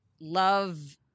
love